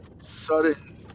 sudden